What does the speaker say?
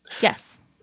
Yes